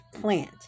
plant